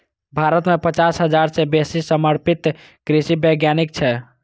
भारत मे पचास हजार सं बेसी समर्पित कृषि वैज्ञानिक छै